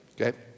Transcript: okay